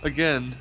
Again